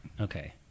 Okay